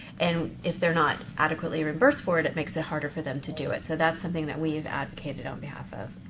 and if they're not adequately reimbursed for it, it makes it harder for them to do it. so that's something that we've advocated on behalf of.